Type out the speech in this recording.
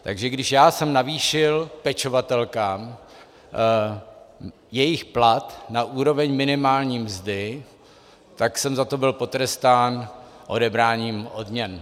Takže když já jsem navýšil pečovatelkám jejich plat na úroveň minimální mzdy, tak jsem za to byl potrestán odebráním odměn.